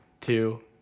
two